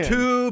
Two